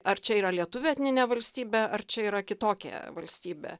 ar čia yra lietuvių etninė valstybė ar čia yra kitokia valstybė